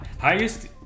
highest